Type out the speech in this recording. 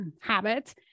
habit